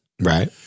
Right